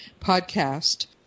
podcast